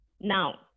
Now